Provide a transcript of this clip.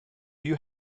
you